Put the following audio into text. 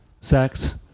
sex